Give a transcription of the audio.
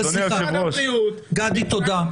גדי, תודה.